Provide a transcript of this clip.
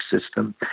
system